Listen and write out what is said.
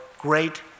great